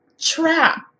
trap